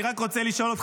אני רק רוצה לשאול אותך,